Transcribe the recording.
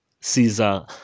Caesar